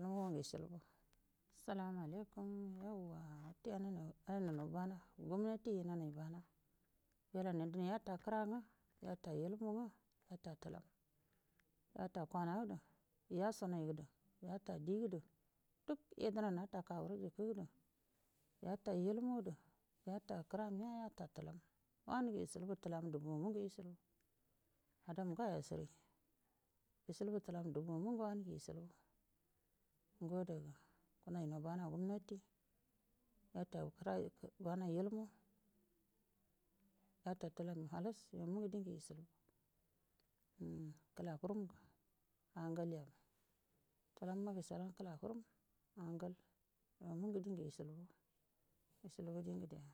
ilmu ngə ishilbu salamu alaikum yauwa wute inanainau inanainau bana gumnati inanai bana wailanai dina yata kəra nga yata ilmu nga yata tulau yata kwanadu yashunaidu yata di gədə duk yadəna nata kaguru jikə du yata ilmundu yata kəramiya yata tulau wanungu ishilbu tulam yun a nungu ishilbu ga damu ngəyo shiri ishilbu tulam dubawa mungu ishilbu ngo adaga wunnainau bana gumnati yata kəra bana ilmu yata tu lam halass yo mungu dingu ishilbu umm kəlafurum angalya tulamma gushal nga kəlafunun angal yo mungu dingu ishilbu ishilbu di ngədeya.